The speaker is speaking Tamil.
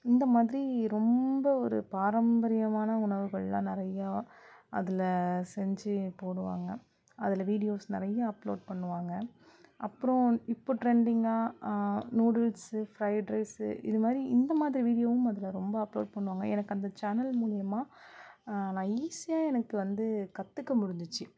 இந்த மாதிரி ரொம்ப ஒரு பாரம்பரியமான உணவுகள்லாம் நிறையா அதில் செஞ்சி போடுவாங்க அதில் வீடியோஸ் நிறையா அப்ளோட் பண்ணுவாங்க அப்புறம் இப்போ டிரெண்டிங்காக நூடுல்சு ஃப்ரைட் ரைஸு இது மாதிரி இந்த மாதிரி வீடியோவும் அதில் ரொம்ப அப்ளோட் பண்ணுவாங்க எனக்கு அந்த சேனல் மூலிமா நான் ஈஸியாக எனக்கு வந்து கற்றுக்க முடிஞ்சிச்சி